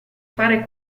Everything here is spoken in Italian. fare